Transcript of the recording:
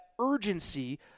urgency